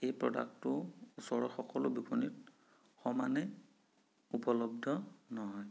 এই প্ৰডাক্টটো ওচৰৰ সকলো বিপনীত সমানে উপলব্ধ নহয়